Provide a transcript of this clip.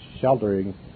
sheltering